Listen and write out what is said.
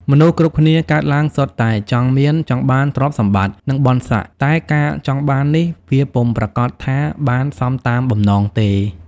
មនុស្សគ្រប់គ្នាកើតឡើងសុទ្ធតែចង់មាន ចង់បានទ្រព្យសម្បត្តិ និងបុណ្យស័ក្តិ តែការចង់បាននេះ វាពុំប្រាកដថាបានសមតាមបំណងទេ។